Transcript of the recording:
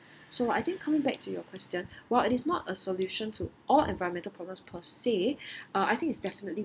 so I think come back to your question while it is not a solution to all environmental problems per se uh I think it is definitely